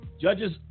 judges